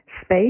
Space